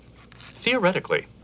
theoretically